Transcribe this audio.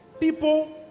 people